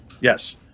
Yes